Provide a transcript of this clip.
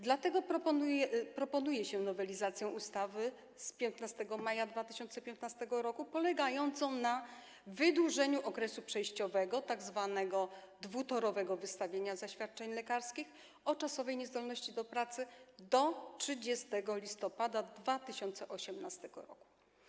Dlatego proponuje się nowelizację ustawy z 15 maja 2015 r. polegającą na wydłużeniu okresu przejściowego, tzw. dwutorowego wystawiania zaświadczeń lekarskich o czasowej niezdolności do pracy, do 30 listopada 2018 r.